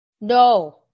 No